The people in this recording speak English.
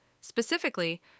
Specifically